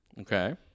Okay